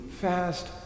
fast